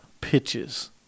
pitches